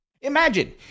Imagine